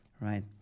right